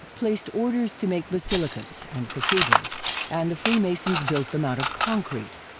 placed orders to make basilicas and cathedrals and the freemasons built them out of concrete.